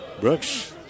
Brooks